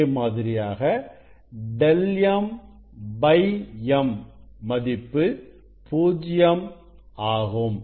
அதே மாதிரியாக ẟm m மதிப்பு பூஜ்யம் ஆகும்